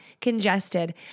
congested